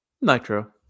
Nitro